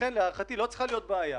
לכן להערכתי לא צריכה להיות בעיה